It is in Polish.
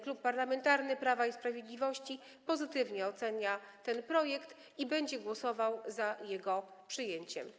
Klub Parlamentarny Prawo i Sprawiedliwość pozytywnie ocenia ten projekt i będzie głosował za jego przyjęciem.